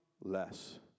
less